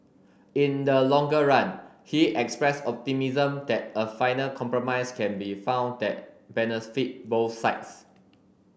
in the longer run he expressed optimism that a final compromise can be found that benefit both sides